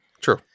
true